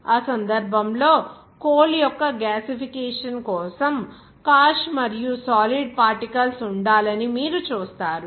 ఆ సందర్భంలో కోల్ యొక్క గ్యాసిఫికేషన్ కోసం కాష్ మరియు సాలిడ్ పార్టికల్స్ ఉండాలని మీరు చూస్తారు